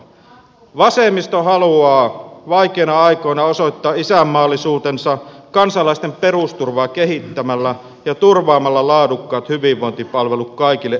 vasemmisto haluaa vaikeina aikoina osoittaa isänmaallisuutensa kansalaisten perusturvaa kehittämällä ja turvaamalla laadukkaat hyvinvointipalvelut kaikille ihmisille